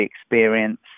experience